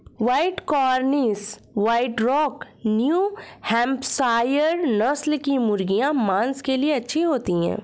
white Cornish, white rock, new Hampshire नस्ल की मुर्गियाँ माँस के लिए अच्छी होती हैं